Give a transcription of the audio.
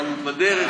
אבל בדרך,